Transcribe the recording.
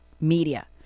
media